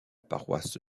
paroisse